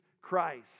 Christ